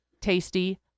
tasty